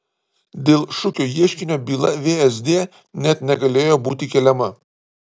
dėl šukio ieškinio byla vsd net negalėjo būti keliama